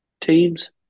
team's